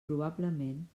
probablement